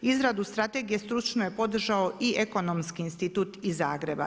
Izradu strategije stručno je podržao i Ekonomski institut iz Zagreba.